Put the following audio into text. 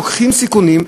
לוקחים סיכונים.